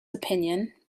opinion